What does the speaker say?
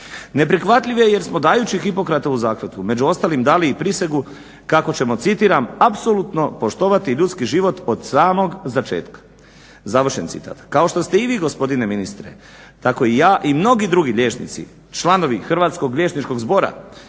Neprihvatljiv je jer smo dajući Hipokratovu zakletvu među ostalim dali i prisegu kako ćemo citiram: "apsolutno poštovati ljudski život od samog začetka". Kao što ste i vi gospodine ministre, tako i ja i mnogi drugi liječnici, članovi Hrvatskog liječničkog zbora,